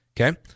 Okay